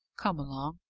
come along.